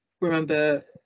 remember